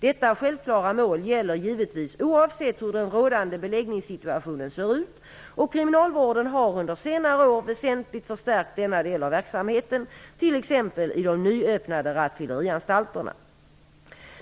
Detta självklara mål gäller givetvis oavsett hur den rådande beläggningssituationen ser ut, och kriminalvården har under senare år väsentligt förstärkt denna del av verksamheten, t.ex. i de nyöppnade rattfyllerianstalterna.